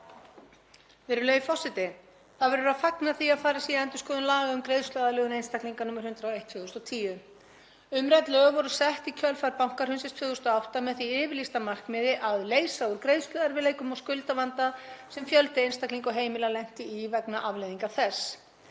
Virðulegi forseti. Það verður að fagna því að farið sé í endurskoðun laga um greiðsluaðlögun einstaklinga, nr. 101/2010. Umrædd lög voru sett í kjölfar bankahrunsins 2008 með því yfirlýsta markmiði að leysa úr greiðsluerfiðleikum og skuldavanda sem fjöldi einstaklinga og heimila lenti í vegna afleiðinga þess.